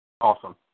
Awesome